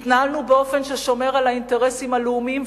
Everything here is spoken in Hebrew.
התנהלנו באופן ששומר על האינטרסים הלאומיים,